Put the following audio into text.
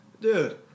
Dude